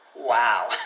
Wow